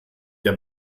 der